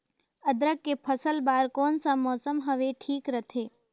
अदरक के फसल बार कोन सा मौसम हवे ठीक रथे?